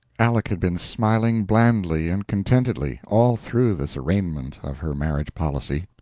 aleck had been smiling blandly and contentedly all through this arraignment of her marriage policy,